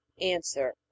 Answer